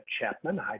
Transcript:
Chapman